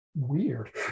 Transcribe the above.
Weird